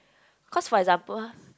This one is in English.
cause for example